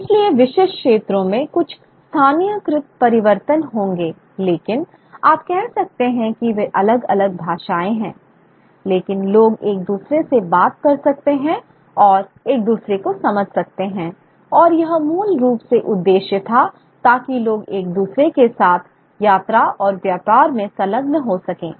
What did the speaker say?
इसलिए विशिष्ट क्षेत्रों में कुछ स्थानीयकृत परिवर्तन होंगे लेकिन आप कह सकते हैं कि वे अलग अलग भाषाएं हैं लेकिन लोग एक दूसरे से बात कर सकते हैं और एक दूसरे को समझ सकते हैं और यह मूल रूप से उद्देश्य था ताकि लोग एक दूसरे के साथ यात्रा और व्यापार में संलग्न हो सकें